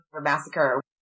massacre